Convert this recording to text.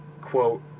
quote